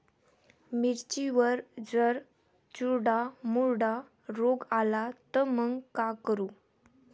मिर्चीवर जर चुर्डा मुर्डा रोग आला त मंग का करू?